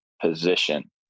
position